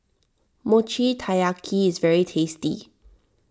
Mochi Taiyaki is very tasty